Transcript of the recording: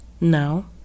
Now